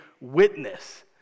witness